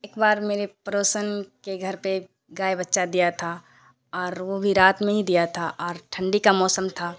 ایک بار میری پڑوسن کے گھر پہ گائے بچہ دیا تھا اور وہ بھی رات میں ہی دیا تھا اور ٹھنڈی کا موسم تھا